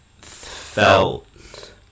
felt